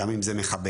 גם אם זה מחבל,